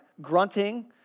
grunting